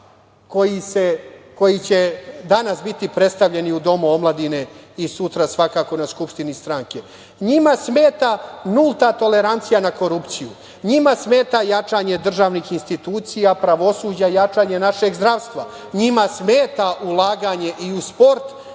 koji će danas biti predstavljeni u Domu omladine u sutra, svakako na Skupštini stranke. Njima smeta nulta tolerancija na korupciju. Njima smeta jačanje državnih institucija, pravosuđa, jačanje našeg zdravstva. Njima smeta ulaganje i u sport